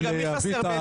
איל, היועץ המשפטי.